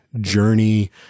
journey